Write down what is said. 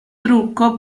trucco